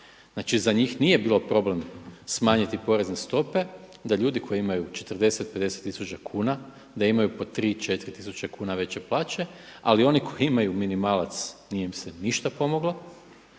Znači za njih nije bilo problem smanjiti porezne stope da ljudi koji imaju 40, 50 tisuća kuna, da imaju po 3, 4 tisuće kuna veće plaće. Ali oni koji imaju minimalac nije im se ništa pomoglo,